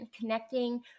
connecting